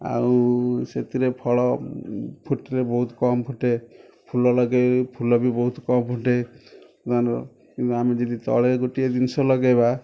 ଆଉ ସେଥିରେ ଫଳ ଫୁଟିଲେ ବହୁତ କମ୍ ଫୁଟେ ଫୁଲ ଲଗାଇ ଫୁଲ ବି ବହୁତ କମ୍ ଫୁଟେ ଆମେ ଯଦି ତଳେ ଗୋଟିଏ ଜିନିଷ ଲଗାଇବା